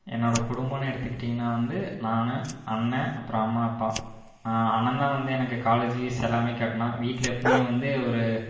என்னோடய குடும்பன்னு எடுத்துக்கிட்டிங்கனால் வந்து நான் அண்ணன் அப்புறம் அம்மா அப்பா அண்ணன் தான் வந்து எனக்கு காலேஜி ஃபீஸ் எல்லாமே கட்டினான் வீட்டில் எப்போதுமே வந்து ஒரு